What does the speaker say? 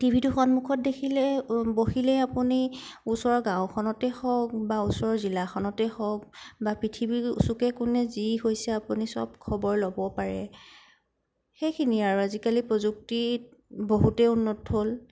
T ভিটো সন্মুখত দেখিলেই বহিলেই আপুনি ওচৰৰ গাওঁখনতেই হওক বা ওচৰৰ জিলাখনতেই হওক বা পৃথিৱীৰ চুকে কোণে যি হৈছে আপুনি চব খবৰ ল'ব পাৰে সেইখিনিয়ে আৰু আজিকালি প্ৰযুক্তিত বহুতয়েই উন্নত হ'ল